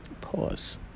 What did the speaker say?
Pause